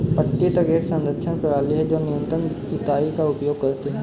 पट्टी तक एक संरक्षण प्रणाली है जो न्यूनतम जुताई का उपयोग करती है